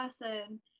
person